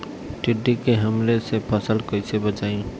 टिड्डी के हमले से फसल कइसे बची?